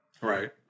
right